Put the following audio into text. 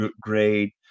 great